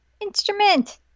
Instrument